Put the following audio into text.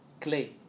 clay